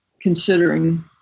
considering